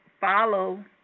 follow